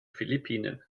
philippinen